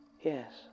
Yes